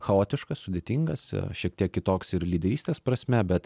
chaotiškas sudėtingas šiek tiek kitoks ir lyderystės prasme bet